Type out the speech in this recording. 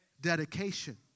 dedication